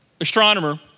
astronomer